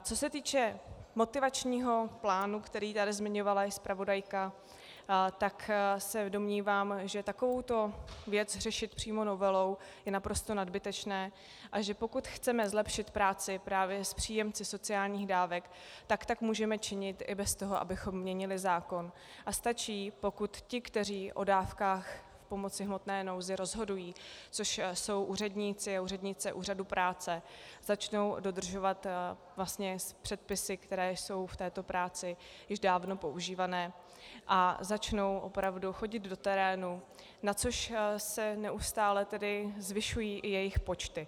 Co se týče motivačního plánu, který tady zmiňovala zpravodajka, tak se domnívám, že takovouto věc řešit přímo novelou je naprosto nadbytečné, a že pokud chceme zlepšit práci právě s příjemci sociálních dávek, tak tak můžeme činit i bez toho, abychom měnili zákon, a stačí, pokud ti, kteří o dávkách pomoci v hmotné nouzi rozhodují, což jsou úředníci a úřednice úřadu práce, začnou dodržovat předpisy, které jsou v této práci již dávno používány, a začnou opravdu chodit do terénu, na což se neustále zvyšují i jejich počty.